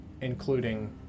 including